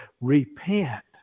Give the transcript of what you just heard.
Repent